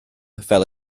fel